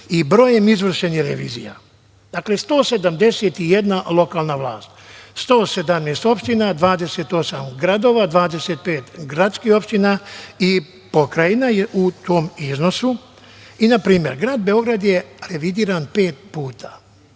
i brojem izvršenih revizija. Dakle, 171 lokalna vlast, 117 opština, 28 gradova, 25 gradskih opština i pokrajina je u tom iznosu i na primer grad Beograd je revidiran pet puta